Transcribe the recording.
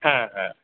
হ্যাঁ হ্যাঁ